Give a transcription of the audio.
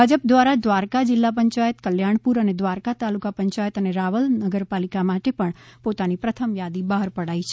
ભાજપા દ્વારા દ્વારકા જિલ્લા પંચાયત કલ્યાણપુર અને દ્વારકા તાલુકા પંચાયત અને રાવલ નગરપાલિકા માટે પોતાની પ્રથમ યાદી બહાર પાડી છે